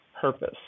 purpose